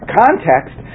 context